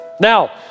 Now